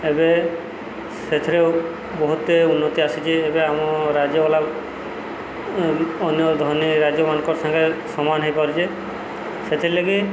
ଏବେ ସେଥିରେ ବହୁତ ଉନ୍ନତି ଆସିଛି ଏବେ ଆମ ରାଜ୍ୟ ବାଲା ଅନ୍ୟ ଧନୀ ରାଜ୍ୟମାନଙ୍କର ସାଙ୍ଗେ ସମାନ ହୋଇପାରୁଛି ସେଥି ଲାଗି